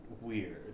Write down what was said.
weird